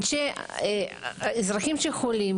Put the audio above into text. אזרחים שחולים,